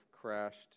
crashed